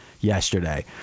yesterday